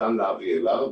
ניתן להביא אליו.